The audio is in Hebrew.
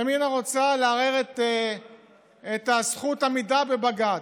ימינה רוצה לערער את זכות העמידה בבג"ץ.